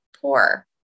poor